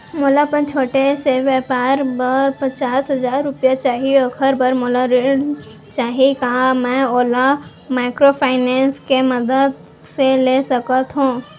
मोला अपन छोटे से व्यापार बर पचास हजार रुपिया चाही ओखर बर मोला ऋण चाही का मैं ओला माइक्रोफाइनेंस के मदद से ले सकत हो?